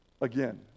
again